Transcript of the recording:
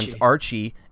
Archie